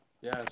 Yes